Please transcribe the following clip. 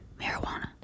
Marijuana